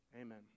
Amen